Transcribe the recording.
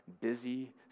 busy